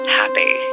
happy